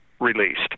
released